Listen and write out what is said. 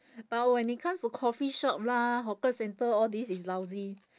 but when it comes to coffee shop lah hawker center all this is lousy